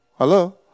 Hello